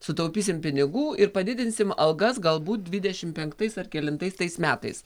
sutaupysim pinigų ir padidinsim algas galbūt dvidešim penktais ar kelintais tais metais